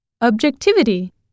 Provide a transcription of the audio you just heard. Objectivity